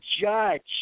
judge